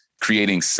creating